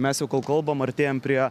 mes jau kol kalbam artėjam prie